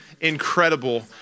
incredible